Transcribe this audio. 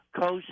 coast